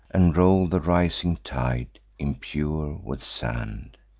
and roll the rising tide, impure with sand.